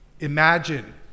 imagine